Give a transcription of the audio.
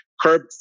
Curb